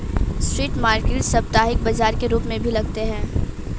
street market साप्ताहिक बाजार के रूप में भी लगते हैं